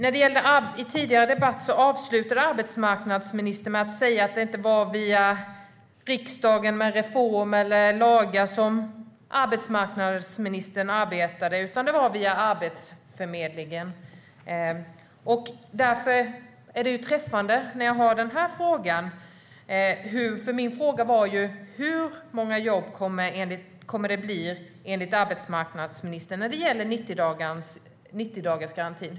I den tidigare debatten avslutade arbetsmarknadsministern med att säga att det inte är via riksdagen med reformer eller lagar som hon arbetar, utan via Arbetsförmedlingen. Därför är det träffande med denna debatt, för min fråga var: Hur många jobb kommer det att bli enligt arbetsmarknadsministern när det gäller 90-dagarsgarantin?